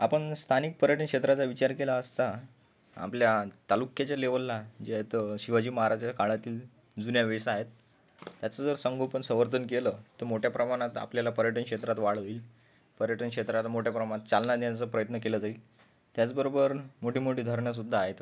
आपण स्थानिक पर्यटन क्षेत्राचा विचार केला असता आपल्या तालुक्याच्या लेवलला जे आहेत शिवाजी महाराज काळातील जुन्या वेशी आहेत त्याचं जर संगोपन संवर्धन केलं तर मोठ्या प्रमाणात आपल्याला पर्यटन क्षेत्रात वाढ होईल पर्यटन क्षेत्रात मोठ्या प्रमाणात चालना देण्याचा प्रयत्न केला जाईल त्याचबरोबर मोठी मोठी धरणंसुद्धा आहेत